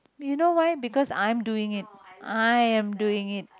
you know why because I'm doing it I am doing it